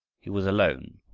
he was alone,